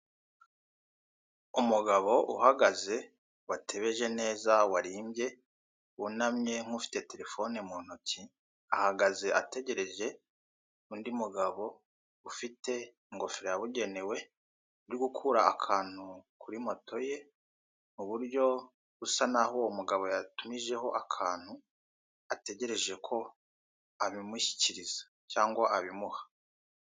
Umugabo uhagaze watebeje neza, warimbye, wunamye nk'ufite telefone mu ntoki, ahagaze ategereje undi mugabo ufite ingofero yabugenewe uri gukura akantu kuri moto ye mu buryo busa naho uwo mugabo yatumijeho akantu ategereje ko abimushyikiriza cyangwa abimuha.